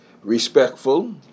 respectful